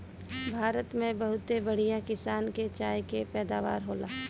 भारत में बहुते बढ़िया किसम के चाय के पैदावार होला